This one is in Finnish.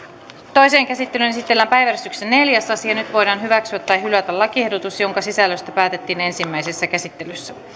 toiseen käsittelyyn esitellään päiväjärjestyksen neljäs asia nyt voidaan hyväksyä tai hylätä lakiehdotus jonka sisällöstä päätettiin ensimmäisessä käsittelyssä